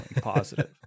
positive